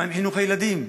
מה עם חינוך הילדים?